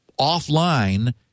...offline